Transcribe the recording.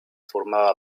formava